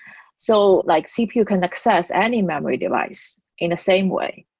so like cpu can access any memory device in a same way.